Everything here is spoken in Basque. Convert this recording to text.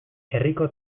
herriko